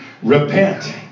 repent